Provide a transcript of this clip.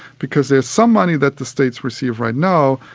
because there's some money that the states receive right now,